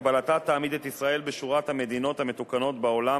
שקבלתה תעמיד את ישראל בשורת המדינות המתוקנות בעולם